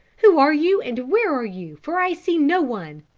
who are you, and where are you, for i see no one?